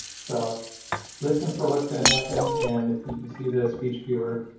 so listen for what's going to happen. and if you can see the speech viewer,